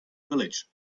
village